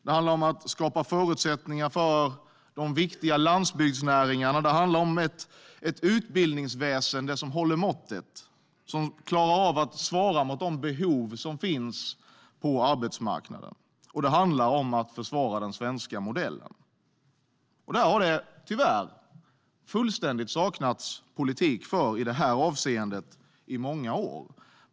Det handlar om att skapa förutsättningar för de viktiga landsbygdsnäringarna. Det handlar om ett utbildningsväsen som håller måttet och klarar av att svara mot de behov som finns på arbetsmarknaden. Det handlar om att försvara den svenska modellen. Tyvärr har det under många år fullständigt saknats politik i detta avseende.